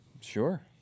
sure